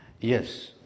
Yes